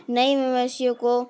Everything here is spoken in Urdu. نئی مویشیوں کو